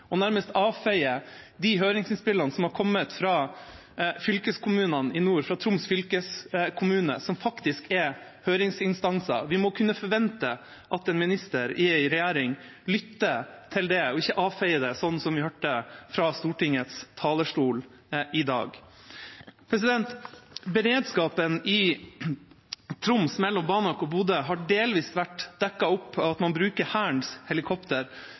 arrogant nærmest å avfeie de høringsinnspillene som er kommet fra fylkeskommunene i nord, fra Troms fylkeskommune, som faktisk er høringsinstanser. Vi må kunne forvente at en minister i en regjering lytter til det og ikke avfeier det, sånn som vi hørte fra Stortingets talerstol i dag. Beredskapen i Troms mellom Banak og Bodø har delvis vært dekt opp ved at man bruker Hærens helikopter